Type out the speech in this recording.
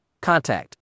Contact